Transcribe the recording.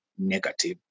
Negative